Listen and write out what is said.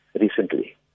recently